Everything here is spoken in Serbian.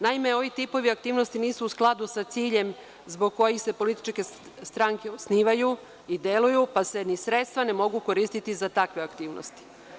Naime, ovi tipovi aktivnosti nisu u skladu sa ciljem zbog kojih se političke stranke osnivaju i deluju, pa se ni sredstva ne mogu koristiti za takve aktivnosti.